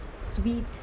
sweet